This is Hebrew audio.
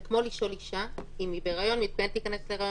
זה כמו לשאול אישה אם היא בהיריון או מתכננת להיכנס להיריון.